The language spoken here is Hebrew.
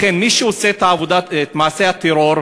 מי שעושה את מעשי הטרור,